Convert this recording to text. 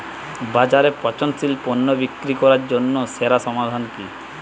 বাজারে পচনশীল পণ্য বিক্রি করার জন্য সেরা সমাধান কি?